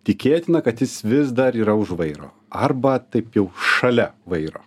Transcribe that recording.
tikėtina kad jis vis dar yra už vairo arba taip jau šalia vairo